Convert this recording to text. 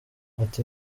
ati